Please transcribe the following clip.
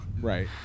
Right